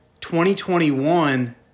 2021